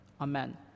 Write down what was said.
Amen